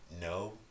no